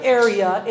area